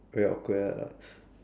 very awkward lah